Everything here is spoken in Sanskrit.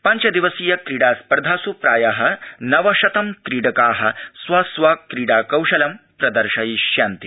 पञ्च दिवसीय क्रीडा स्पर्धास् प्राय नवशतं क्रीडका स्व स्व क्रीडा कौशलं प्रदर्शयिष्यन्ति